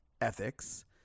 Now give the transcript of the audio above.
ethics